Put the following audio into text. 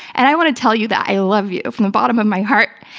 and i want to tell you that i love you from the bottom of my heart,